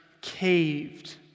caved